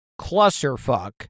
clusterfuck